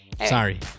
sorry